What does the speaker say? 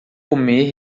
comer